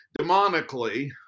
demonically